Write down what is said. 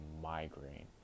migraine